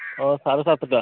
ହଁ ସାଢ଼େ ସାତଟା